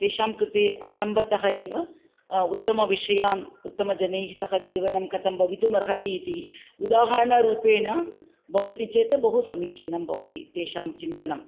तेषां कृते आरम्भतः एव उत्तमविषयान् उत्तमजनैः सह जीवनं कथं भवितुमर्हति इति उदाहरणरूपेण भवति चेत् बहु समीचीनं भवति तेषां चिन्तनम्